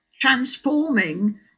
transforming